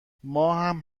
ماهم